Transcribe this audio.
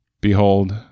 Behold